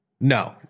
No